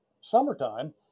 summertime